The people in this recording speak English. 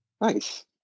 Nice